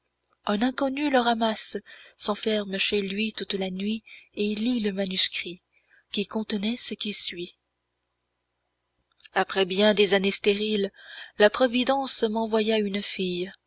un inconnu le ramasse s'enferme chez lui toute la nuit et lit le manuscrit qui contenait ce qui suit après bien des années stériles la providence m'envoya une fille